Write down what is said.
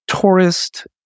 tourist